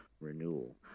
renewal